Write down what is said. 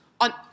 on